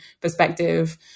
perspective